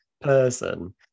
person